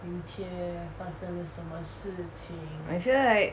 I feel like